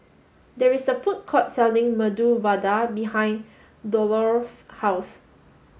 there is a food court selling Medu Vada behind Dolores' house